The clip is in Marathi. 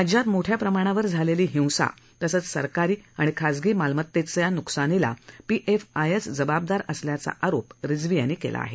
राज्यात मोठ्या प्रमाणावर झालेली हिंसा तसंच सरकारी आणि खासगी मालमतेचं न्कसानीला पीएफआईचं जबाबदार असल्याचा आरोप रिजवी यांनी केला आहे